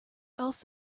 else